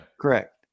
correct